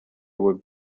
would